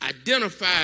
identify